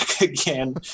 again